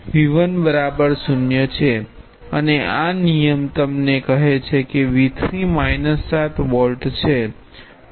V1 બરાબર 0 છે અને આ નિયમ તમને કહે છે કે V3 7 વોલ્ટ છે